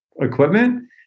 equipment